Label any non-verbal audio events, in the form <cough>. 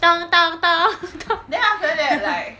don don don <laughs> don <laughs>